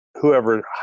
whoever